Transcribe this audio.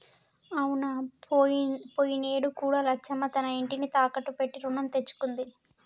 అవునా పోయినేడు కూడా లచ్చమ్మ తన ఇంటిని తాకట్టు పెట్టి రుణం తెచ్చుకుంది